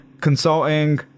consulting